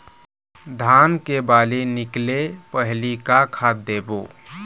धान के बाली निकले पहली का खाद देबो?